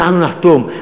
אנחנו נחתום,